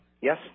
Yes